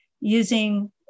using